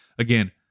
Again